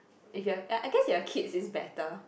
at here I guess be a kids is better